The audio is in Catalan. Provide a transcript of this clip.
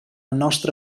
nostra